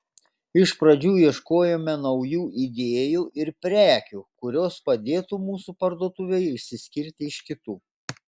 iš pradžių ieškojome naujų idėjų ir prekių kurios padėtų mūsų parduotuvei išsiskirti iš kitų